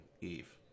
Eve